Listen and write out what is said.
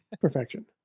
perfection